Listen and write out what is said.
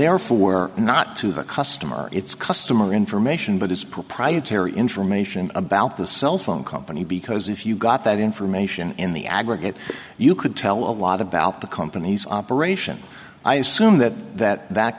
therefore not to the customer it's customer information but it's proprietary information about the cell phone company because if you got that information in the aggregate you could tell a lot about the company's operation i assume that that